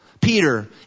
Peter